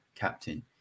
captain